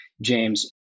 James